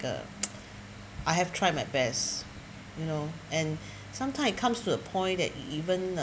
uh I have tried my best you know and sometimes it comes to a point that even uh